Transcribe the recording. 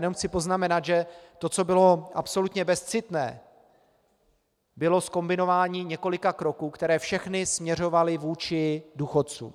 Jenom chci poznamenat, že to, co bylo absolutně bezcitné, bylo zkombinování několika kroků, které všechny směřovaly vůči důchodcům.